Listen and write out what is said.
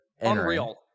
Unreal